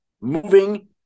moving